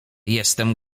jestem